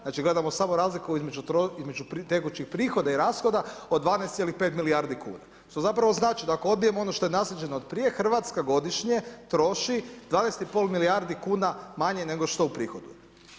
Znači gledamo samo razliku između tekućih prihoda i rashoda od 12,5 milijardi kuna što zapravo znači da ako odbijemo ono što je naslijeđeno od prije Hrvatska godišnje troši 12 i pol milijardi kuna manje nego što je u prihodu.